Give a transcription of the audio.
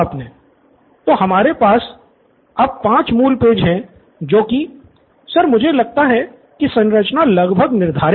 student Siddharth तो हमारे पास अब पाँच मूल पेज है जो की स्टूडेंट निथिन सर मुझे लगता है कि संरचना लगभग निर्धारित है